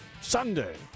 Sunday